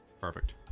Perfect